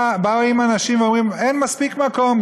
באים אנשים ואומרים, אין מספיק מקום.